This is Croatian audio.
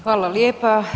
Hvala lijepa.